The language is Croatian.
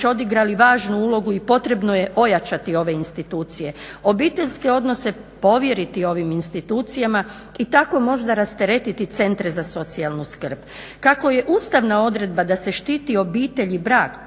odigrali važnu ulogu i potrebno je ojačati ove institucije, obiteljske odnose povjeriti ovim institucijama i tako možda rasteretiti centre za socijalnu skrb. Kako je ustavna odredba da se štiti obitelj i brak